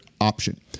option